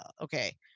Okay